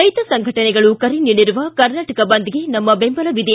ರೈತ ಸಂಘಟನೆಗಳು ಕರೆ ನೀಡಿರುವ ಕರ್ನಾಟಕ ಬಂದ್ಗೆ ನಮ್ನ ಬೆಂಬಲವಿದೆ